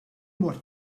mort